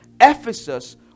Ephesus